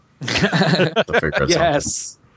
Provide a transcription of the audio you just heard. Yes